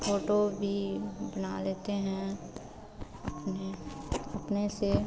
photo भी बना लेते हैं अपने अपने से